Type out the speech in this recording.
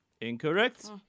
Incorrect